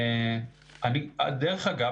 דרך אגב,